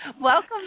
welcome